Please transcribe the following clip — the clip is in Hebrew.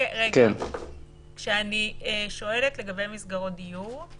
כשאני שואלת לגבי מסגרות דיור,